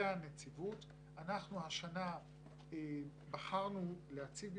הנציבות אנחנו השנה בחרנו להציג בפניכם,